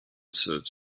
that